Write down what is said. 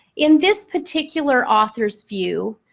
in this particular author's view,